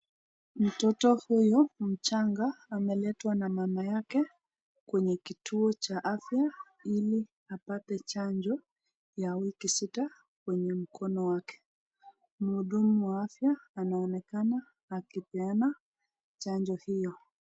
Mtoto huyu mchanga ameletwa na mama yake kwenye kituo cha afya ili apate chanjo ya wiki sita kwenye mkono wake. Mhudumu wa wa afya anaonekana akipeana chanjo hiyo.